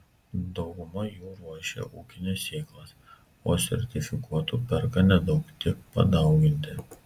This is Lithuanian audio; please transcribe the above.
dauguma jų ruošia ūkines sėklas o sertifikuotų perka nedaug tik padauginti